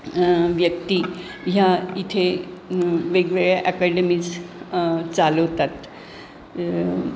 व्यक्ती ह्या इथे वेगवेगळ्या अकॅडेमीज चालवतात